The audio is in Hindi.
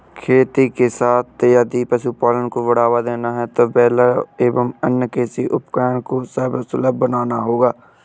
खेती के साथ यदि पशुपालन को बढ़ावा देना है तो बेलर एवं अन्य कृषि उपकरण को सर्वसुलभ बनाना होगा